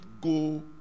go